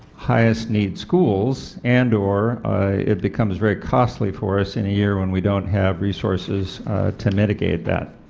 highest need schools, and or it becomes very costly for us in a year when we don't have resources to mitigate that.